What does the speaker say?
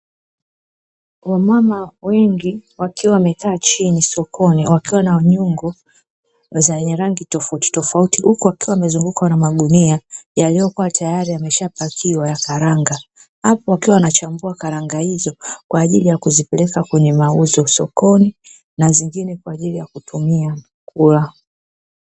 Wamama wengi, wakiwa wamekaa chini sokoni, wakiwa na nyungo zenye rangi tofautitofauti, huku wakiwa wamezungukwa na magunia yaliyokuwa tayari yameshapakiwa, ya karanga. Hapo wakiwa wanachambua karanga hizo kwa ajili ya kuzipeleka kwenye mauzo sokoni na zingine kwa ajili ya kutumia kula.